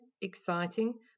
exciting